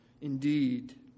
indeed